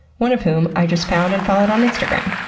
one of whom i just found and followed on instagram.